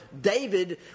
David